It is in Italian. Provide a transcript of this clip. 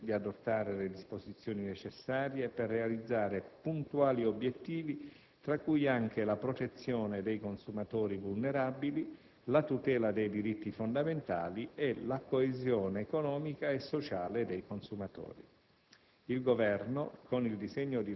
Essa impone agli Stati membri di adottare le disposizioni necessarie per realizzare puntuali obiettivi tra cui anche la protezione dei consumatori vulnerabili, la tutela dei diritti fondamentali e la coesione economica e sociale dei consumatori.